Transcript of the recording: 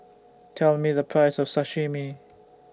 Tell Me The Price of Sashimi